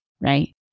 right